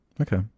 Okay